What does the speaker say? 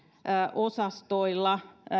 osastoilla